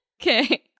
Okay